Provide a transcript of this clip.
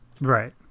Right